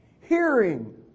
hearing